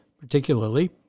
particularly